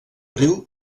riu